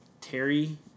Terry